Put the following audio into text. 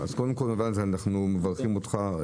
אז קודם כל, אנחנו מברכים אותך.